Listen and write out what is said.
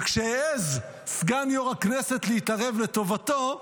וכשהעז סגן יושב-ראש הכנסת להתערב לטובתו,